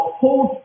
hold